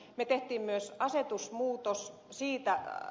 me teimme myös asetusmuutoksen